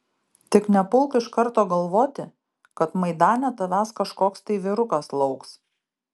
tik nepulk iš karto galvoti kad maidane tavęs kažkoks tai vyrukas lauks